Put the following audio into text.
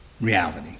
reality